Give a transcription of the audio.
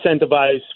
incentivize